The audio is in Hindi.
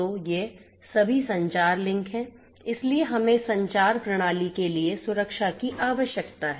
तो ये सभी संचार लिंक हैं इसलिए हमें इस संचार प्रणाली के लिए सुरक्षा की आवश्यकता है